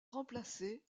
remplacé